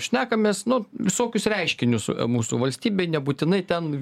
šnekamės nu visokius reiškinius mūsų valstybėj nebūtinai ten